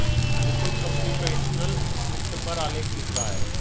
Mukund computational वित्त पर आलेख लिख रहा है